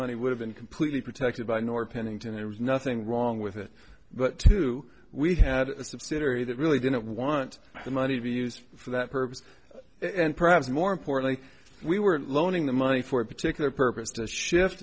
money would have been completely protected by nor pennington it was nothing wrong with it but to we had a subsidiary that really didn't want the money to be used for that purpose and perhaps more importantly we were loaning the money for a particular purpose to shift